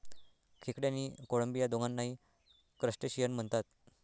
खेकडे आणि कोळंबी या दोघांनाही क्रस्टेशियन म्हणतात